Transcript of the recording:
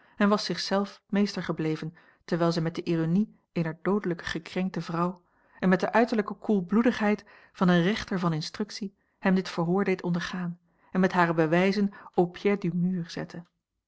en was zich zelf meester gebleven terwijl zij met de ironie eener doodelijke gekrenkte vrouw en met de uiterlijke koelbloedigheid van een rechter van instructie hem dit verhoor deed ondergaan en met hare bewijzen au pied du mur zette